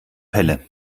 pelle